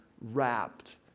wrapped